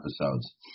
episodes